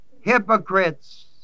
hypocrites